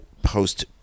post